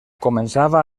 començava